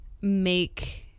make